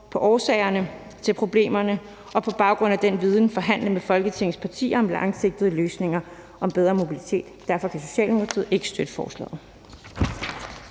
på årsagerne til problemerne og på baggrund af den viden forhandle med Folketingets partier om langsigtede løsninger og bedre mobilitet. Derfor kan Socialdemokratiet ikke støtte forslaget.